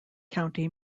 county